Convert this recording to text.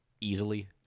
easily